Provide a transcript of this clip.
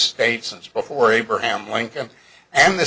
state since before abraham lincoln and the